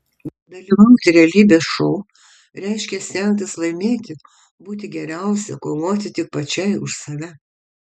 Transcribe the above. dalyvauti realybės šou reiškia stengtis laimėti būti geriausia kovoti tik pačiai už save